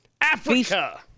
Africa